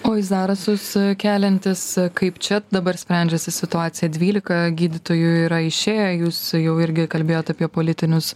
o į zarasus keliantis kaip čia dabar sprendžiasi situacija dvylika gydytojų yra išėję jūs jau irgi kalbėjot apie politinius